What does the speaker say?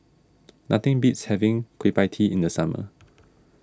nothing beats having Kueh Pie Tee in the summer